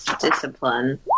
discipline